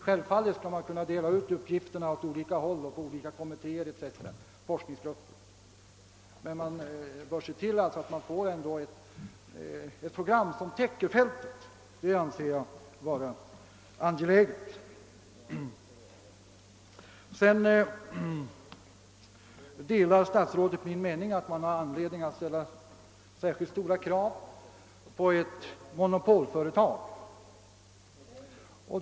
Självfallet kan man dela ut uppgifterna åt olika håll och på olika kommittéer eller forskningsgrupper, men man bör ändå se till att man får ett program som täcker fältet. Det anser jag vara angeläget. Statsrådet delar min mening att man har anledning att ställa särskilt stora krav på ett monopolföretag.